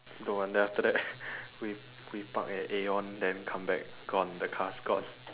don't want then after that we we park at Aeon then come back gone the car's gone